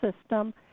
system